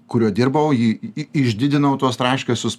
kuriuo dirbau jį išdidinau tuos traškesius